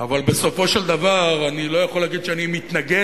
אבל בסופו של דבר אני לא יכול להגיד שאני מתנגד